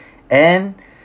and